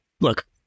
Look